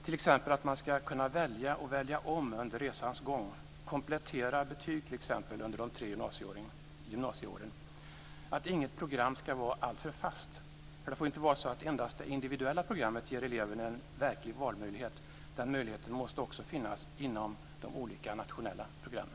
Eleverna ska t.ex. kunna välja om under resans gång och komplettera betyg under de tre gymnasieåren. Inget program ska vara alltför fast. Det får inte vara så att endast det individuella programmet ger eleverna en verklig valmöjlighet. Den möjligheten måste också finnas inom de olika nationella programmen.